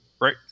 right